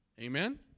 Amen